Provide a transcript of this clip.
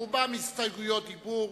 רובן הסתייגויות דיבור.